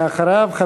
ואחריו,